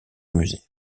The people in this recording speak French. musée